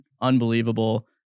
unbelievable